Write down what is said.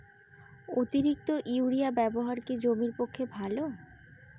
অতিরিক্ত ইউরিয়া ব্যবহার কি জমির পক্ষে ভালো?